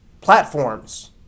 platforms